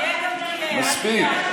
תהיה גם תהיה, אל תדאג.